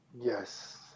Yes